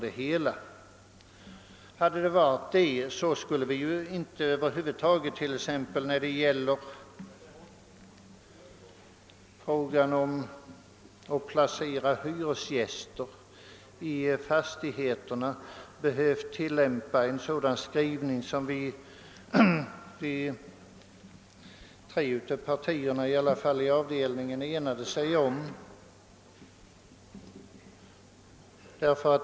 Om så varit skulle vi inte behövt en sådan skrivning som i varje fall tre partier i utskottets avdelning har enat sig om när det gäller frågan om att placera hyresgäster i fastigheterna.